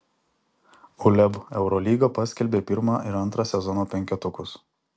uleb eurolyga paskelbė pirmą ir antrą sezono penketukus